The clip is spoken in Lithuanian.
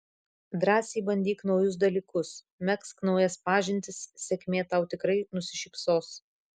drąsiai bandyk naujus dalykus megzk naujas pažintis sėkmė tau tikrai nusišypsos